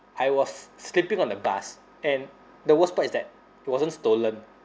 I was sleeping on the bus and the worst part is that it wasn't stolen